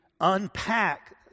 unpack